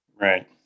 Right